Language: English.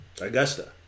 Augusta